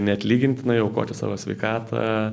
neatlygintinai aukoti savo sveikatą